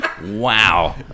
Wow